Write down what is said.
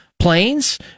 Planes